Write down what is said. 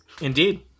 Indeed